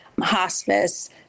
hospice